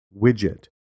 widget